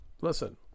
listen